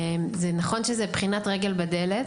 זה נכון שזה בחינת רגל בדלת,